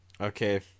Okay